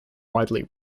widely